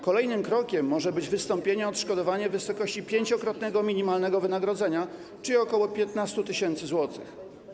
Kolejnym krokiem może być wystąpienie o odszkodowanie w wysokości pięciokrotnego minimalnego wynagrodzenia, czyli o ok. 15 tys. zł.